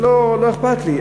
ולא אכפת לי.